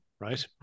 right